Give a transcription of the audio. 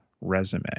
resume